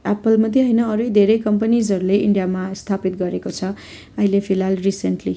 Apple मात्रै होइन अरू धेरै कम्पनिजहरूले इन्डियामा स्थापित गरेको छ अहिले फिलहाल रिसेन्टली